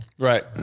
Right